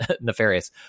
nefarious